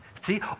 See